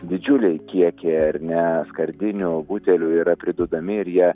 didžiuliai kiekiai ar ne skardinių butelių yra priduodami ir jie